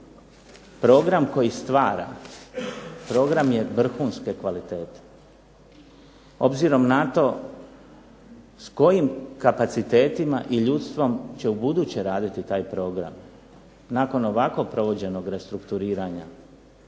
program koji stvara program je vrhunske kvalitete. Obzirom na to s kojim kapacitetima i ljudstvom će ubuduće raditi taj program nakon ovako provođenog restrukturiranja